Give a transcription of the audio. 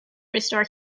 restore